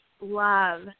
love